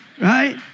right